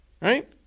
right